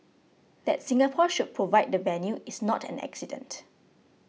that Singapore should provide the venue is not an accident